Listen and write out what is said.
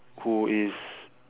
who is